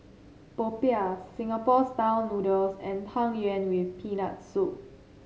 Popiah Singapore style noodles and Tang Yuen with Peanut Soup